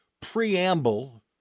preamble